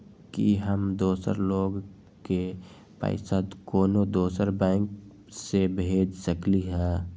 कि हम दोसर लोग के पइसा कोनो दोसर बैंक से भेज सकली ह?